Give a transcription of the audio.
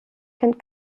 kennt